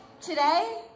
today